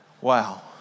Wow